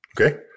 okay